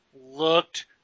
looked